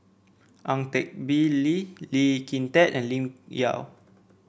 Ang Teck Bee Lee Lee Kin Tat and Lim Yau